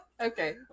Okay